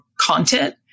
content